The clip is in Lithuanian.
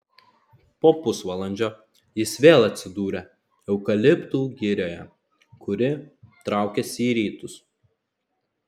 po pusvalandžio jis vėl atsidūrė eukaliptų girioje kuri traukėsi į rytus